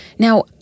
Now